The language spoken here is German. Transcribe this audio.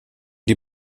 die